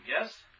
yes